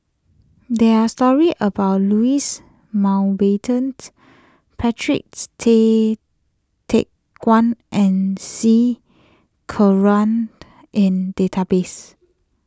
there are stories about Louis Mountbatten's Patrick's Tay Teck Guan and C Kunalan in the database